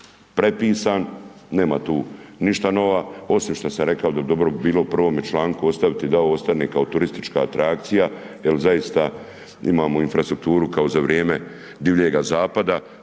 prepisan, nema tu ništa nova osim šta sam rekao da bi dobro bilo u prvome članku ostaviti da ovo ostane kao turistička atrakcija, jer zaista imamo infrastrukturu kao za vrijeme divljega zapada,